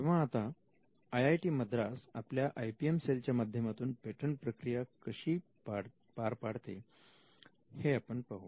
तेव्हा आता आयआयटी मद्रास आपल्या आय पी एम सेलच्या माध्यमातून पेटंट प्रक्रिया कशी पाडते हे आपण पाहू